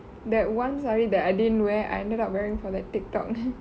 that one sari that I didn't wear I ended up wearing for the Tiktok